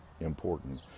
important